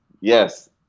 Yes